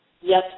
yes